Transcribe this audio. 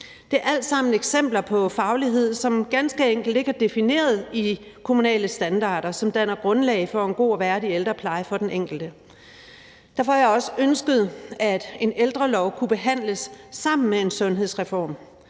Det er alt sammen eksempler på faglighed, som ganske enkelt ikke er defineret i de kommunale standarder, som danner grundlag for en god og værdig ældrepleje for den enkelte. Derfor har jeg også ønsket, at en ældrelov kunne behandles sammen med en sundhedsreform,